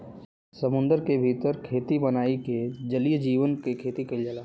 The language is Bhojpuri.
समुंदर के भीतर खेती बनाई के जलीय जीव के खेती कईल जाला